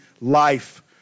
life